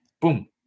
boom